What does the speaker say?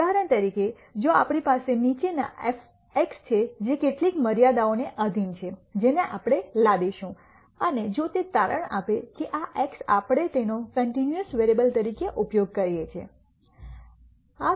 ઉદાહરણ તરીકે જો આપણી પાસે નીચેના એફ એક્સ છે જે કેટલીક મર્યાદાઓને આધિન છે જેને આપણે લાદીશું અને જો તે તારણ આપે કે આ એક્સ આપણે તેનો કન્ટિન્યૂઅસ વેરીએબલ્સ તરીકે ઉપયોગ કરીએ છીએ